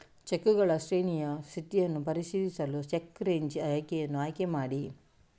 ಚೆಕ್ಗಳ ಶ್ರೇಣಿಯ ಸ್ಥಿತಿಯನ್ನು ಪರಿಶೀಲಿಸಲು ಚೆಕ್ ರೇಂಜ್ ಆಯ್ಕೆಯನ್ನು ಆಯ್ಕೆ ಮಾಡಿ